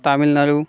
Tamil Nadu